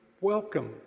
welcome